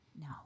No